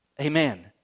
Amen